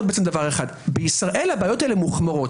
בישראל הבעיות האלה מוחמרות,